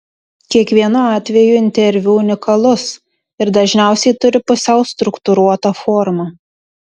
kiekvienu atveju interviu unikalus ir dažniausiai turi pusiau struktūruotą formą